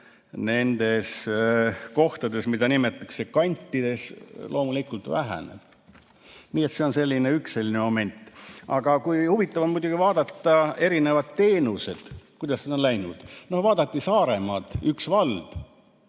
nendes kohtades, mida nimetatakse kantideks, loomulikult väheneb. Nii et see on üks selline moment. Aga huvitav on muidugi vaadata erinevaid teenuseid, kuidas nendega on läinud. Vaadati Saaremaad, üks vald,